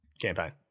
campaign